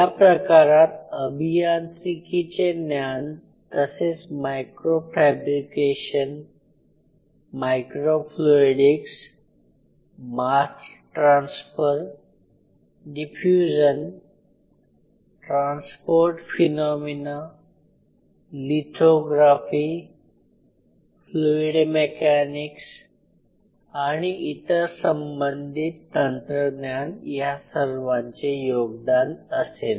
या प्रकारात अभियांत्रिकीचे ज्ञान तसेच microfabrication microfluidics mass transfer diffusion transport phenomena lithography fluid mechanics आणि इतर संबंधित तंत्रज्ञान या सर्वांचे योगदान असेल